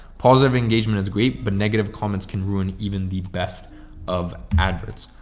positive engagement is great, but negative comments can ruin even the best of adverts.